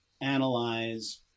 analyze